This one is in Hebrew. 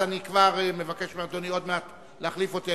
ואני כבר מבקש מאדוני עוד מעט להחליף אותי.